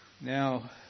Now